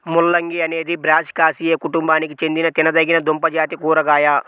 ముల్లంగి అనేది బ్రాసికాసియే కుటుంబానికి చెందిన తినదగిన దుంపజాతి కూరగాయ